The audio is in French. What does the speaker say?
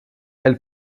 elle